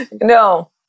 No